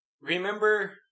remember